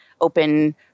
open